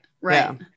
right